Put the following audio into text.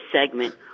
segment